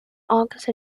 august